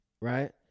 right